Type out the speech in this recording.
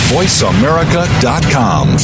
VoiceAmerica.com